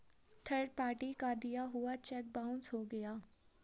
third party का दिया हुआ चेक बाउंस हो गया